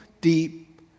deep